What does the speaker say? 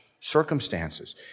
circumstances